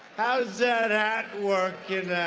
how's that hat workin'